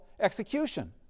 execution